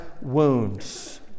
wounds